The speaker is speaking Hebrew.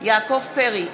יעקב פרי,